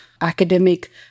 academic